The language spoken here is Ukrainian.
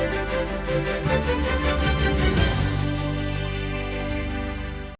Дякую